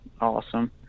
awesome